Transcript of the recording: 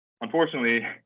unfortunately